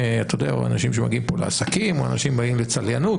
או אנשים שמגיעים לעסקים או אנשים שמגיעים לצליינות,